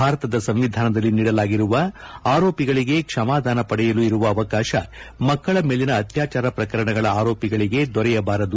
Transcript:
ಭಾರತದ ಸಂವಿಧಾನದಲ್ಲಿ ನೀಡಲಾಗಿರುವ ಆರೋಪಿಗಳಿಗೆ ಕ್ಷಮಾಧಾನ ಪಡೆಯಲು ಇರುವ ಅವಕಾಶ ಮಕ್ಕಳ ಮೇಲಿನ ಅತ್ಯಾಚಾರ ಪ್ರಕರಣಗಳ ಆರೋಪಿಗಳಿಗೆ ದೊರೆಯಬಾರದು